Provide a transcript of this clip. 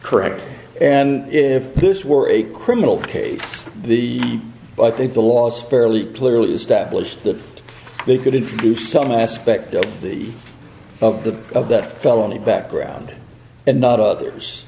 correct and if this were a criminal case the but they the last fairly clearly established that they could introduce some aspect of the of the of that felony background and not others